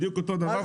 בדיוק אותו דבר,